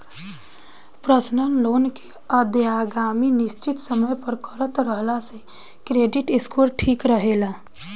personal loan के अदायगी निसचित समय पर करत रहला से क्रेडिट स्कोर ठिक रहेला